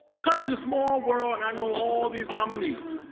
comedy is a small world and i know all these nominees.